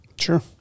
sure